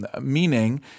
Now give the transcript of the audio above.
Meaning